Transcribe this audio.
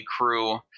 crew